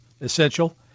essential